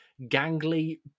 gangly